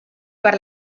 per